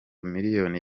miliyoni